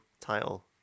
title